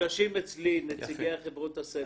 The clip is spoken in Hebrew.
נפגשים אצלי נציגי חברות הסלולר.